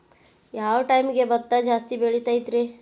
ಯಾವ ಟೈಮ್ಗೆ ಭತ್ತ ಜಾಸ್ತಿ ಬೆಳಿತೈತ್ರೇ?